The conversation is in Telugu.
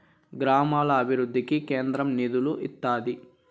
గ్రామాల అభివృద్ధికి కేంద్రం నిధులు ఇత్తాది